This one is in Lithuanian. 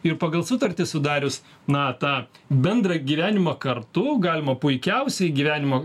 ir pagal sutartį sudarius na tą bendrą gyvenimą kartu galima puikiausiai gyvenimo